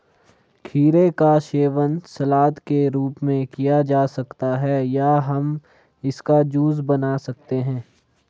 खीरे का सेवन सलाद के रूप में किया जा सकता है या हम इसका जूस बना सकते हैं